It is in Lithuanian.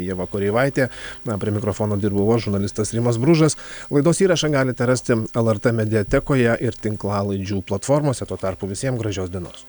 ieva koreivaitė na prie mikrofono dirbau aš žurnalistas rimas bružas laidos įrašą galite rasti lrt mediatekoje ir tinklalaidžių platformose tuo tarpu visiem gražios dienos